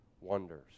wonders